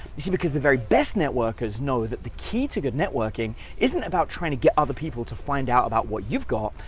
you see, because the very best networker's know that the key to good networking, isn't about trying to get other people to find out about what you've got,